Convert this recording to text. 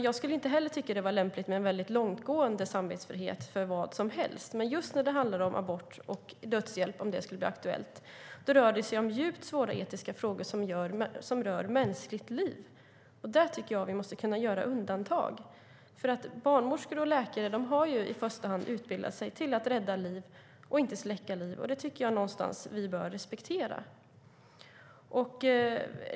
Jag skulle inte heller tycka att det är lämpligt med en väldigt långtgående samvetsfrihet för vad som helst, men just abort och dödshjälp, om nu det skulle bli aktuellt, är djupt svåra etiska frågor som rör mänskligt liv. Där tycker jag att vi måste kunna göra undantag. Barnmorskor och läkare har ju i första hand utbildat sig för att rädda liv och inte för att släcka liv. Det tycker jag någonstans att vi bör respektera.